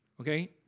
okay